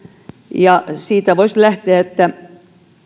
ja siitä voisi kyllä lähteä että